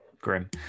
grim